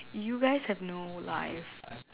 you guys have no life